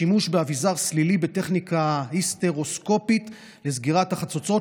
שימוש באביזר סלילי בטכניקה היסטרוסקופית לסגירת החצוצרות